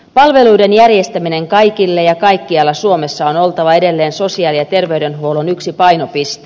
palveluiden järjestämisen kaikille ja kaikkialla suomessa on oltava edelleen sosiaali ja terveydenhuollon yksi painopiste